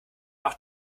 auch